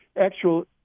actual